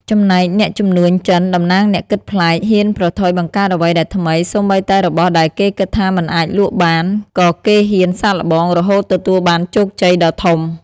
ចំណែកអ្នកជំនួញចិន (តំណាងអ្នកគិតប្លែក) ហ៊ានប្រថុយបង្កើតអ្វីដែលថ្មី សូម្បីតែរបស់ដែលគេគិតថាមិនអាចលក់បាន ក៏គេហ៊ានសាកល្បង រហូតទទួលបានជោគជ័យដ៏ធំ។